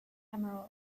emerald